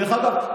דרך אגב,